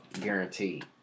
Guaranteed